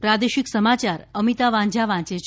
પ્રાદેશિક સમાચાર અમિતા વાંઝા વાંચે છે